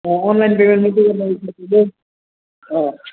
अँ online payment मात्रै अँ